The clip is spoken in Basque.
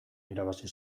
irabazi